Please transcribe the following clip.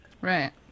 Right